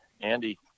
Andy